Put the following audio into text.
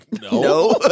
No